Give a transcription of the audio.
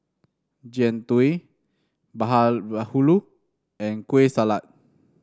Jian Dui and Kueh Salat